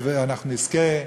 שנזכה,